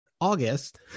August